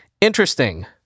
interesting